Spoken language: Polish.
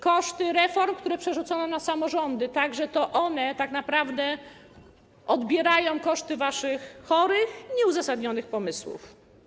Koszty reform, które przerzucono na samorządy, tak że to one tak naprawdę ponoszą koszty waszych chorych i nieuzasadnionych pomysłów.